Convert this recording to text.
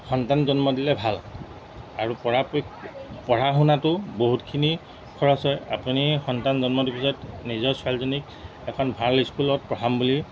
সন্তান জন্ম দিলে ভাল আৰু পৰা পঢ়া শুনাটো বহুতখিনি খৰচ হয় আপুনি সন্তান জন্ম দিয়াৰ পিছত নিজৰ ছোৱালীজনীক এখন ভাল স্কুলত পঢ়াম বুলি